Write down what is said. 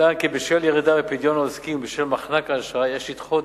נטען כי בשל ירידה בפדיון העוסקים ובשל מחנק האשראי יש לדחות